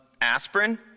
aspirin